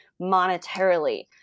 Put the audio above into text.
monetarily